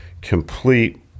complete